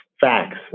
facts